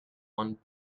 one